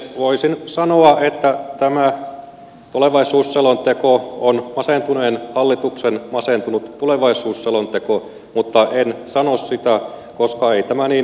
voisin sanoa että tämä tulevaisuusselonteko on masentuneen hallituksen masentunut tulevaisuusselonteko mutta en sano sitä koska ei tämä niin huono ole